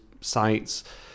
sites